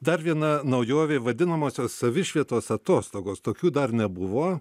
dar viena naujovė vadinamosios savišvietos atostogos tokių dar nebuvo